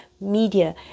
media